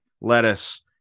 lettuce